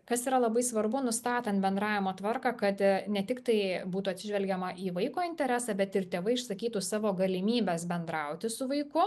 kas yra labai svarbu nustatant bendravimo tvarką kad netiktai būtų atsižvelgiama į vaiko interesą bet ir tėvai išsakytų savo galimybes bendrauti su vaiku